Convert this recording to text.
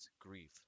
grief